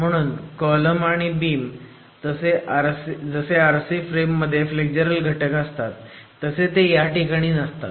म्हणून कॉलम आणि बीम जसे RC फ्रेम मध्ये फ्लेक्झरल घटक असतात तसे ते ह्या ठिकाणी नसतात